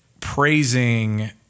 praising